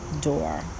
door